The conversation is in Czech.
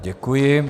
Děkuji.